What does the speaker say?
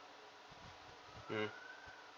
mm